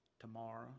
Tomorrow